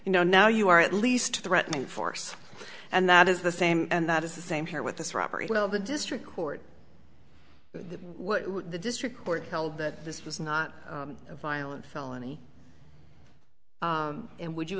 you know now you are at least threatening force and that is the same and that is the same here with this robbery well the district court the district court held that this was not a violent felony and would you